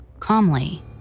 calmly